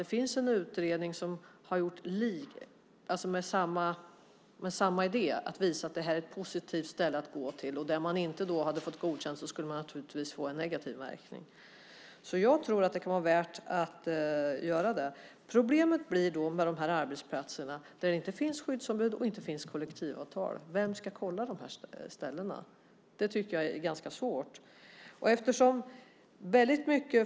Det finns alltså en utredning med samma idé, nämligen att visa att detta är ett bra ställe att gå till. Hade man inte blivit godkänd skulle man naturligtvis ha fått en negativ märkning. Jag tror att det kan vara värt att göra det. Problemet blir då de arbetsplatser där det inte finns skyddsombud och kollektivavtal. Vem ska kolla dessa ställen? Det tycker jag är ganska svårt.